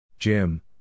Jim